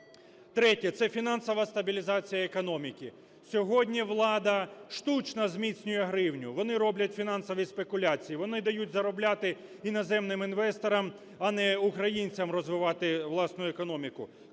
Третє – це фінансова стабілізація економіки. Сьогодні влада штучно зміцнює гривню, вони роблять фінансові спекуляції, вони дають заробляти іноземним інвесторам, а не українцям розвивати власну економіку.